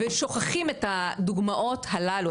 ושוכחים את הדוגמאות הללו,